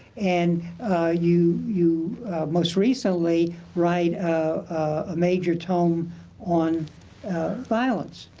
and you you most recently write a major tome on violence.